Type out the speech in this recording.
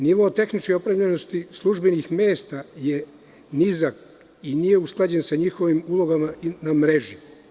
Nivo tehničke opremljenosti službenih mesta je nizak i nije usklađen sa njihovim ulogama na mreži.